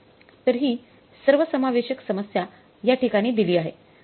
तर ही सर्वसमावेशक समस्या याठिकाणी दिली आहे